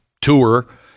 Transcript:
tour